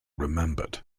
remembered